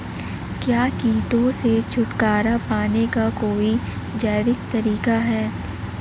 क्या कीटों से छुटकारा पाने का कोई जैविक तरीका है?